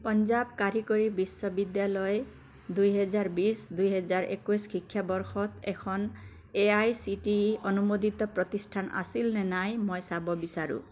পাঞ্জাৱ কাৰিকৰী বিশ্ববিদ্যালয় দুহেজাৰ বিছ দুহেজাৰ একৈছ শিক্ষাবৰ্ষত এখন A I C T E অনুমোদিত প্ৰতিষ্ঠান আছিল নে নাই মই চাব বিচাৰোঁ